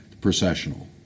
processional